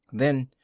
then,